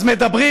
אז מדברים